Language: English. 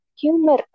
humor